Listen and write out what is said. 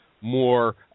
more